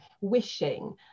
wishing